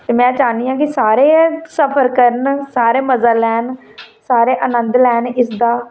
ते में चाहन्नी आं कि सारे गै सफर करन सारे मजा लैन सारे आनंद लैन इसदा